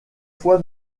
fois